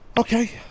Okay